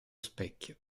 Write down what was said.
specchio